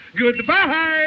Goodbye